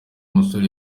musore